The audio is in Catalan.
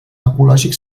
ecològic